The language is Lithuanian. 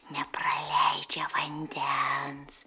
nepraleidžia vandens